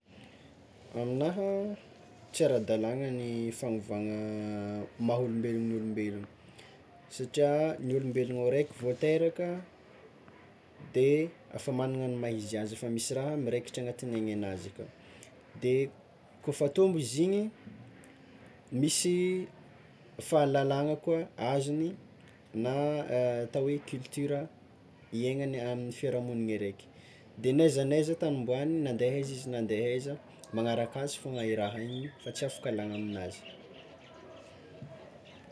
Aminaha, tsy ara-dalagna ny fagnovana ny maha olombelogno olombelogno, satria ny olombelogno araiky vao teraka de efa magnagna ny maha izy azy, efa misy raha miraikitry agnatin'ny aignanazy aka ka ef tombo izy igny, misy fahalalagna koa azony na atao hoe culture hiainany amin'ny fiarahamoniny araiky, de n'aiza n'aiza tany omboany na ande aiza izy na ande aiza magnaraka fôgna le raha igny fa tsy afaka alagna aminazy.